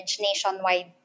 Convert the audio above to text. nationwide